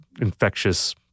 infectious